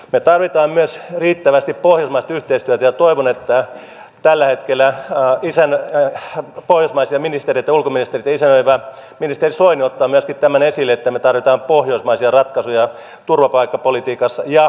me tarvitsemme myös riittävästi pohjoismaista yhteistyötä ja toivon että tällä hetkellä pohjoismaisia ulkoministereitä isännöivä ministeri soini ottaa myöskin tämän esille että me tarvitsemme pohjoismaisia ratkaisuja turvapaikkapolitiikassa ja kotouttamispolitiikassa